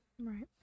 Right